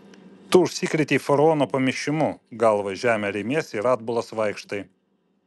tu užsikrėtei faraono pamišimu galva į žemę remiesi ir atbulas vaikštai